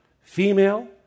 female